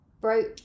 broke